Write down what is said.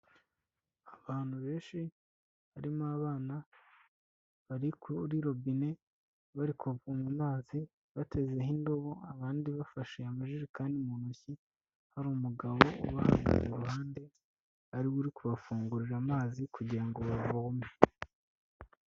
Abantu benshi harimo abana bari kuri robine, bari kuvoma amazi, batezeho indobo, abandi bafashe amajerekani mu ntoki, hari umugabo ubahagaze iruhande, ari we uri kubafungurira amazi kugira ngo bavome.